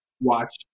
Watch